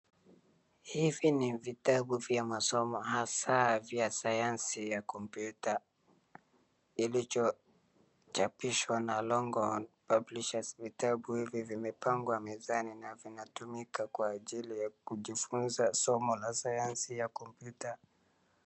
Hivi ni vitabu vya masomo hasa vya sayansi ya computer ilichochapishwa na longhorn publishers vitabu hivi zimepangwa mezani na vinatumika kwa ajili ya kujifunza somo la sayansi ya computer .